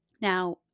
now